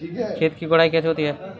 खेत की गुड़ाई कैसे होती हैं?